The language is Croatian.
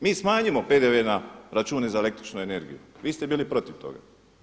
Mi smanjimo PDV na račune za električnu energiju, vi ste bili protiv toga.